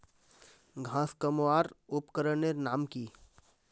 घांस कमवार उपकरनेर नाम की?